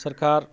सरकार